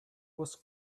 was